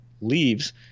leaves